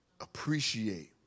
Appreciate